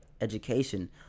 Education